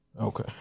Okay